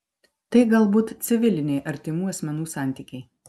tai galbūt civiliniai artimų asmenų santykiai